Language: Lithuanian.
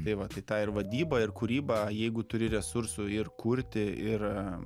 tai va tai tą ir vadybą ir kūrybą jeigu turi resursų ir kurti ir